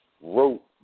wrote